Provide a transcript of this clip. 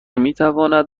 میتواند